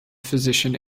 physician